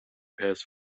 pairs